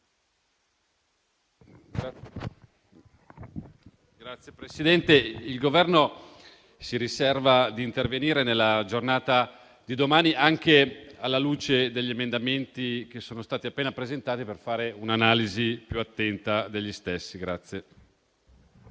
Signor Presidente, il Governo si riserva di intervenire nella giornata di domani, anche alla luce degli emendamenti che sono stati appena presentati, per fare un'analisi più attenta degli stessi.